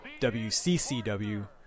WCCW